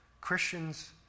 Christians